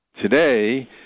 today